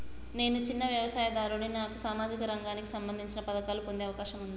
నేను చిన్న వ్యవసాయదారుడిని నాకు సామాజిక రంగానికి సంబంధించిన పథకాలు పొందే అవకాశం ఉందా?